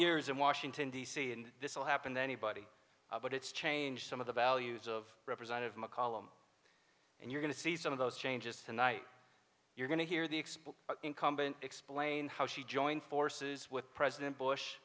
years in washington d c and this will happen to anybody but it's changed some of the values of representative mccollum and you're going to see some of those changes tonight you're going to hear the export incumbent explain how she joined forces with president bush